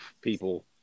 people